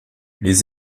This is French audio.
les